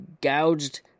gouged